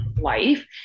life